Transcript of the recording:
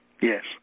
Yes